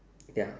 ya